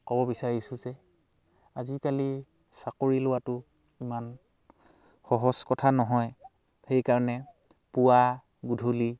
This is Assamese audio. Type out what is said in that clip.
ক'ব বিচাৰিছোঁ যে আজিকালি চাকৰি লোৱাটো ইমান সহজ কথা নহয় সেইকাৰণে পোৱা গধূলি